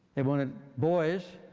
they wanted boys.